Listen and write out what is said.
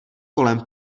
kolem